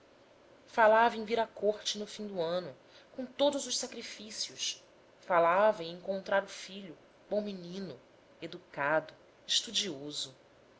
falava em vir à corte no fim do ano com todos os sacrifícios falava em encontrar o filho bom menino educado estudioso